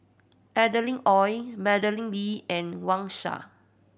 Adeline Ooi Madeleine Lee and Wang Sha